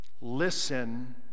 Listen